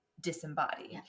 disembodied